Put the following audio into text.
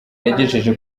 yagejeje